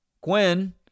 Quinn